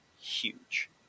huge